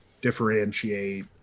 differentiate